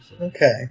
Okay